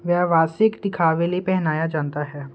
ਵਿਆਹਵਾਸਿਕ ਦਿਖਾਵੇ ਲਈ ਪਹਿਨਾਇਆ ਜਾਂਦਾ ਹੈ